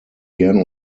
gern